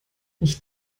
ich